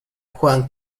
juan